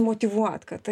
motyvuot kad